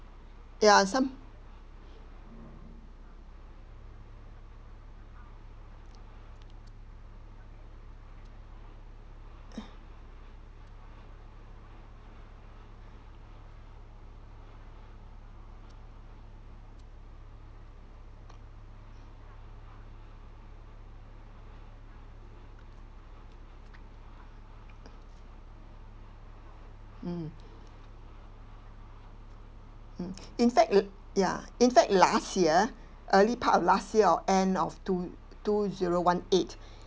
yeah some mm mm in fact l~ ya in fact last year early part of last year or end of two two zero one eight